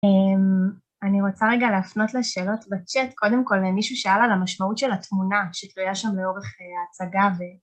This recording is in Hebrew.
אני רוצה רגע להפנות לשאלות בצ'אט. קודם כל, מישהו שאל על המשמעות של התמונה שתלויה שם לאורך ההצגה.